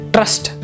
Trust